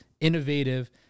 innovative